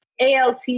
ALT